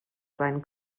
sein